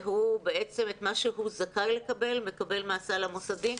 ואת מה שהוא זכאי לקבל, הוא מקבל מהסל המוסדי?